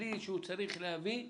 בלי שהוא צריך להביא סיבות.